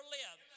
live